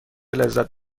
لذت